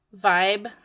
vibe